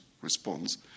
response